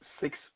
six